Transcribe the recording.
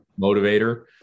motivator